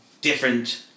different